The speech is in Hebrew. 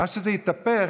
מה שזה התהפך,